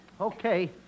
Okay